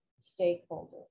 stakeholder